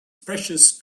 precious